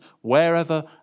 wherever